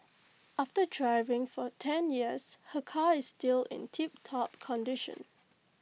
after driving for ten years her car is still in tiptop condition